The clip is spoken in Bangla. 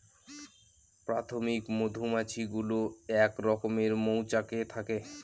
প্রাথমিক মধুমাছি গুলো এক রকমের মৌচাকে থাকে